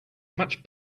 much